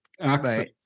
access